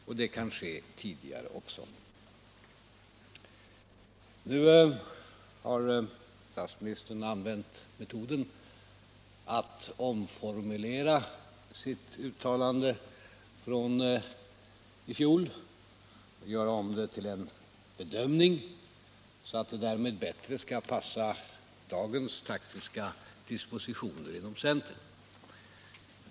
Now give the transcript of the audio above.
Och det kan ske tidigare också.” Nu har statsministern använt metoden att omformulera sitt uttalande från i fjol. Han har gjort om det till en bedömning, så att det bättre 67 skall passa dagens taktiska dispositioner inom centern.